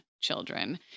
children